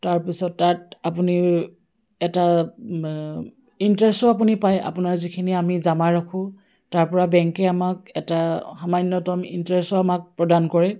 তাৰপিছত তাত আপুনি এটা ইণ্টাৰেষ্টো আপুনি পায় আপোনাৰ যিখিনি আমি জমা ৰখোঁ তাৰ পৰা বেংকে আমাক এটা সামান্যতম ইণ্টাৰেষ্টো আমাক প্ৰদান কৰে